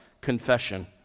confession